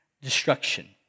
destruction